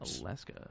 Alaska